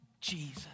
Jesus